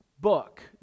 book